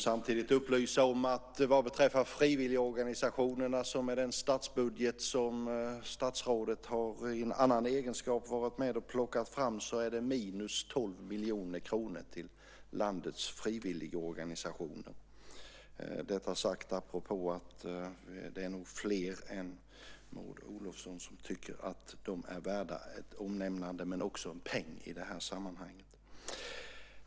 Samtidigt vill jag upplysa om att i den statsbudget som statsrådet i en annan egenskap har varit med om att ta fram är det minus 12 miljoner kronor till landets frivilligorganisationer - detta sagt apropå att det nog är fler än Maud Olofsson som tycker att de är värda ett omnämnande men också en peng i detta sammanhang.